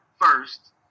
first